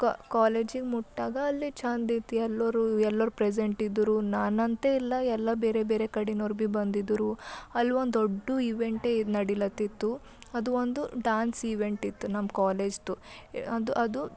ಕ ಕಾಲೇಜಿಗೆ ಮುಟ್ದಾಗ ಅಲ್ಲಿ ಚೆಂದ ಇತ್ತು ಎಲ್ಲರೂ ಎಲ್ಲರು ಪ್ರೆಸೆಂಟ್ ಇದ್ರು ನನ್ನಂತೆ ಇಲ್ಲ ಎಲ್ಲ ಬೇರೆ ಬೇರೆ ಕಡೆಯವ್ರು ಭೀ ಬಂದಿದ್ರು ಅಲ್ಲಿ ಒಂದು ದೊಡ್ಡದು ಇವೆಂಟೇ ನಡೀತಿತ್ತು ಅದು ಒಂದು ಡ್ಯಾನ್ಸ್ ಇವೆಂಟ್ ಇತ್ತು ನಮ್ಮ ಕಾಲೇಜ್ದು ಅದು ಅದು